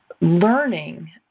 learning